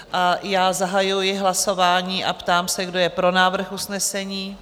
A já zahajuji hlasování a ptám se, kdo je pro návrh usnesení.